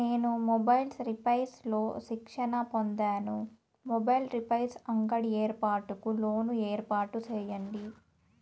నేను mobiles repairs లో శిక్షణ పొందాను, మొబైల్ రిపైర్స్ అంగడి ఏర్పాటుకు లోను ఏర్పాటు సేయండి?